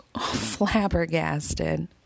flabbergasted